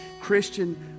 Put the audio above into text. Christian